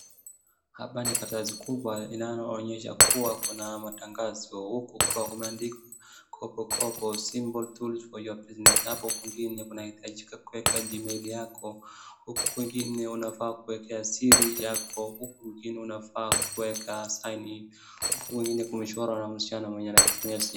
Hapa ni karatasi kubwa linaloonyesha kuwa kuna matangazo huku kukiwa kumeandikwa kopokopo simple tools for your business . Hapo kwingine kunahitajika kuweka gmail yako huku kwingine unafaa kuwekea siri yako, huku kwingine unafaa kuweka sign . Huku kwingine kumechorwa msichana mwenye anatumia simu.